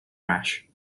rash